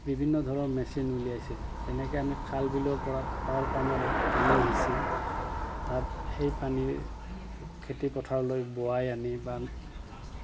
বিভিন্ন ধৰণৰ মেচিন উলিয়াইছে তেনেকে আমি খাল বিলৰ পৰা পাৱাৰ পাম্পৰে পানী সিঁচি তাত সেই পানীৰ খেতি পথাৰলৈ বোৱাই আনি বা